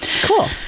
Cool